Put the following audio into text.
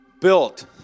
built